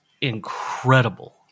incredible